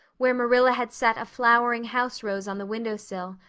where marilla had set a flowering house rose on the window sill,